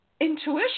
intuition